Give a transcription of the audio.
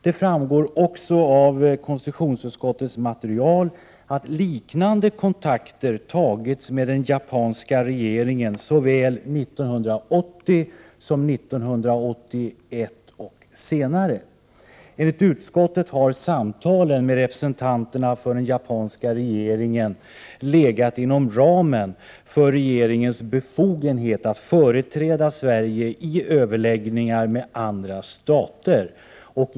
Det framgår också av konstitutionsutskottets material att liknande kontakter tagits med den japanska regeringen såväl 1980 som 1981 och senare. Enligt utskottet har samtalen med representanterna för den japanska regeringen legat inom ramen för regeringens befogenhet att företräda Sverige i överläggningar med andra stater.